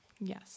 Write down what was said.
yes